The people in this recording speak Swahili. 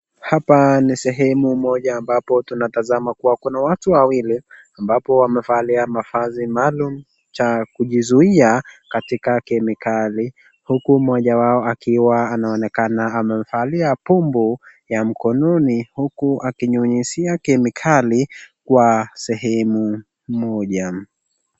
Hapa ni sehemu moja ambapo tunatasama kuwa kuna watu wawili ambapo wamevalia mavazi maalum cha kujizuia katika kemikali huku mmoja wao akiwa anaonekana amevalia bumbo ya mkononi huku akinyunyizia kemikali kwa sehemu moja.